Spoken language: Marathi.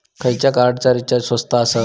खयच्या कार्डचा रिचार्ज स्वस्त आसा?